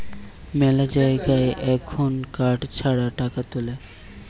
মেলা জায়গায় এখুন কার্ড ছাড়া টাকা তুলে